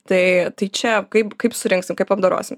tai tai čia kaip kaip surinksim kaip apdorosim